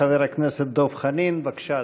חבר הכנסת דב חנין, בבקשה,